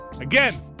again